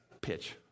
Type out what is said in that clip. pitch